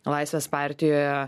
laisvės partijoje